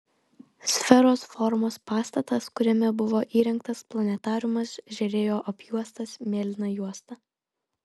sferos formos pastatas kuriame buvo įrengtas planetariumas žėrėjo apjuostas mėlyna juosta